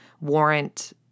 warrant